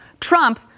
Trump